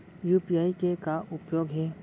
UPI के का उपयोग हे?